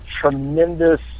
tremendous